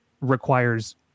requires